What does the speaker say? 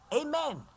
amen